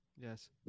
Yes